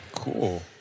Cool